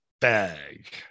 bag